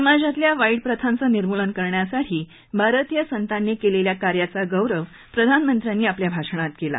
समाजातल्या वाईट प्रथांचं निर्मूलन करण्यासाठी भारतीय संतांनी केलेल्या कार्याचा गौरव प्रधानमंत्र्यांनी आपल्या भाषणात केला